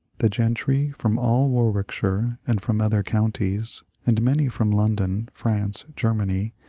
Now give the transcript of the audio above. the gentry from all warwickshire and from other counties, and many from london, france, germany,